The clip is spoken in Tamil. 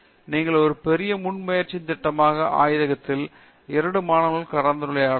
நீங்கள் ஒரு பெரிய முன்முயற்சியினைத் திட்டமிட்டால் ஆய்வகத்தில் உள்ள மற்ற 2 மாணவர்களுடன் கலந்துரையாடலாம்